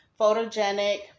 photogenic